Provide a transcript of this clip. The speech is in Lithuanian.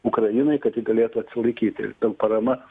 ukrainai kad ji galėtų atsilaikyti parama